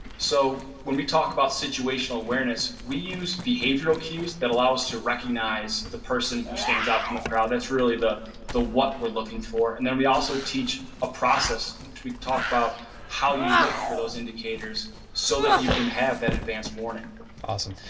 so, when we talk about situational awareness, we use behavioral cues that allow you to recognize the person who stands out in the crowd that's really the the what we're looking for and then we also teach a process and we talk about how you look for those indicators so that you can have that advance warning awesome.